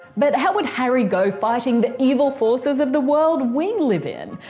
but how would harry go fighting the evil forces of the world we live in?